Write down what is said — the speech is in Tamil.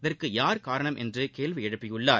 இதற்கு யார் காரணம் என்றும் கேள்வி எழுப்பியுள்ளார்